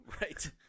Right